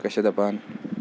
کیٛاہ چھِ دَپان